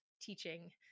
teaching